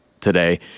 today